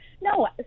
No